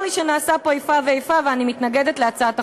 צר לי שיש פה איפה ואיפה, ואני מתנגדת להצעת החוק.